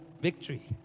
victory